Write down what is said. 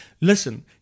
Listen